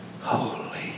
holy